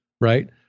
right